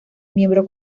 miembro